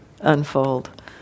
unfold